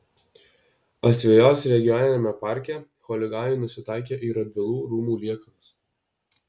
asvejos regioniniame parke chuliganai nusitaikė į radvilų rūmų liekanas